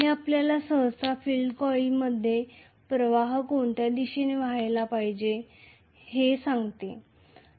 हे आपल्याला सहसा फील्ड कॉइलमध्ये प्रवाह कोणत्या दिशेने वाहायला पाहिजे हे सांगेल